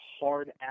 hard